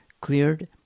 cleared